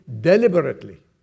deliberately